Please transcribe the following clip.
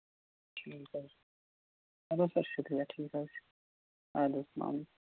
ٹھیٖک حظ چلو سَر شُکرِیہ ٹھیٖک حظ چھُ اَدٕ حظ السلام علیکُم